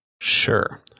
Sure